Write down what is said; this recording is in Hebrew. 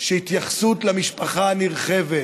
שהתייחסות למשפחה המורחבת,